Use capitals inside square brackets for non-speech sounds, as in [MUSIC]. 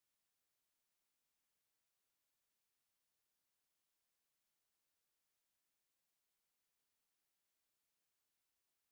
[UNINTELLIGIBLE]